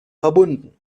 verbunden